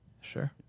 Sure